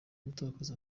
gutakaza